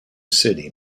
city